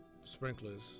sprinklers